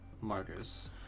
Marcus